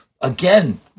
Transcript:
again